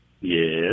Yes